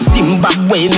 Zimbabwe